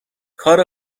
کار